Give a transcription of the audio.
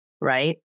Right